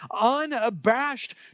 unabashed